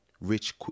rich